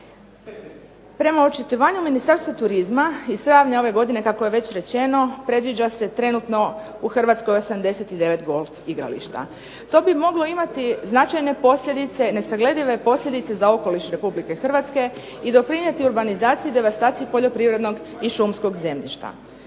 Prema očitovanju Ministarstva turizma iz travnja ove godine kako je već rečeno predviđa se trenutno u Hrvatskoj 89 golf igrališta. To bi moglo imati značajne posljedice, nesagledive posljedice za okoliš Republike Hrvatske i doprinijeti urbanizaciji i devastaciji poljoprivrednog i šumskog zemljišta.